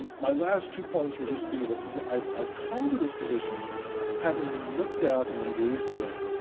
um my last two points will just be that i've i've come to this position having looked at, and engaged with,